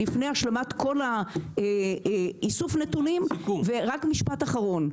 לפני השלמת כל האיסוף נתונים ורק משפט אחרון,